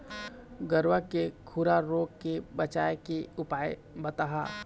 गरवा के खुरा रोग के बचाए के उपाय बताहा?